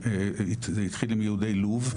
זה התחיל עם יהודי לוב,